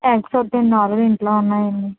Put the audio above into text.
eggs వద్దండి already ఇంట్లో ఉన్నాయండి